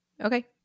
Okay